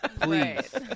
Please